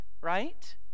right